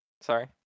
sorry